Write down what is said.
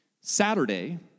Saturday